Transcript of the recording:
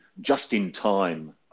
just-in-time